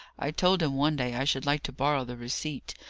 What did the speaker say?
i told him one day i should like to borrow the receipt,